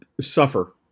suffer